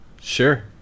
sure